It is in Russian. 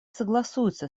согласуется